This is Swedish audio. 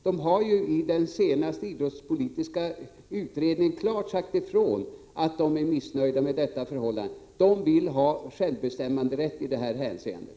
De har i den senaste idrottspolitiska utredningen klart sagt ifrån att de är missnöjda med förhållandena och vill ha självbestämmanderätt i det här hänseendet.